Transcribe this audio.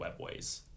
webways